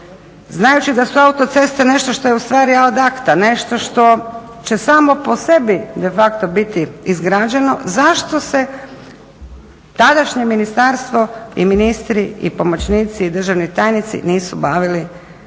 znajući da su autoceste nešto što je u stvari ad acta, nešto što će samo po sebi de facto biti izgrađeno. Zašto se tadašnje ministarstvo i ministri i pomoćnici i državni tajnici nisu bavili